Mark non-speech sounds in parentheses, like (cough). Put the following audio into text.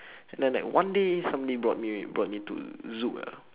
(breath) and then like one day somebody brought me (noise) brought me to zouk ah